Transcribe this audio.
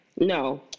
No